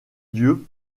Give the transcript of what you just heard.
dieu